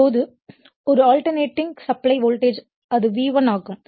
இப்போது ஒரு alternating supply voltage அது V1 ஆகும்